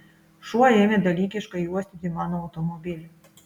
šuo ėmė dalykiškai uostyti mano automobilį